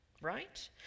Right